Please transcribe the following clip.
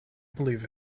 believe